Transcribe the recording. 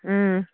ꯎꯝ